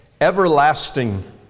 Everlasting